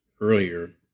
earlier